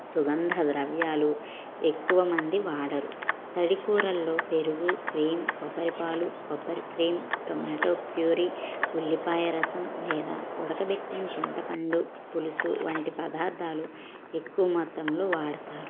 సుగంధద్రవ్యాలు ఎక్కువమంది వాడరు తడికూరలలో పెరుగు క్రీమ్ కొబ్బరిపాలు కొబ్బరి క్రీమ్ టొమాటో ప్యూరీ ఉల్లిపాయరసం లేదా ఉడకపెట్టిన చింతపండు పులుసు వంటి పదార్థాలు ఎక్కువ మొత్తంలో వాడతారు